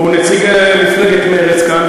הוא נציג מפלגת מרצ כאן,